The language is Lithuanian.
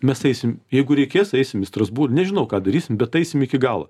mes eisim jeigu reikės eisim į strasbū nežinau ką darysim bet eisim iki galo